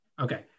Okay